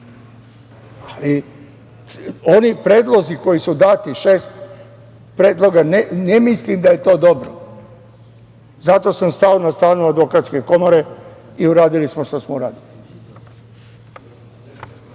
ali oni predlozi koji su dati, šest predloga, ne mislim da je to dobro, zato sam stao na stranu Advokatske komore i uradili smo šta smo uradili. Tri